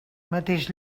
mateix